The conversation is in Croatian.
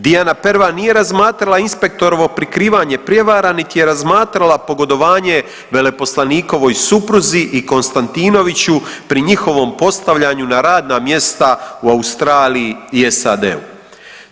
Dijana Pervan nije razmatrala inspektorovo prikrivanje prijevara niti je razmatrala pogodovanje veleposlanikovoj supruzi i Konstantinoviću pri njihovom postavljanju na radna mjesta u Australiji i SAD-u.